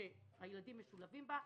שהילדים משולבים בה,